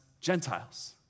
Gentiles